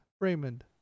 Raymond